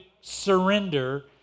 surrender